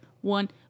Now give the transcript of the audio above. one